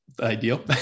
ideal